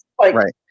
right